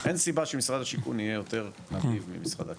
אין סיבה שמשרד השיכון יהיה יותר נדיב ממשרד הקליטה.